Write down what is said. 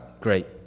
great